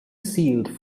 sealed